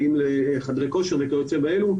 בא לחדרי כושר וכיוצא באלה.